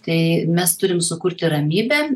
tai mes turim sukurti ramybę